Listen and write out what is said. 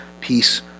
peace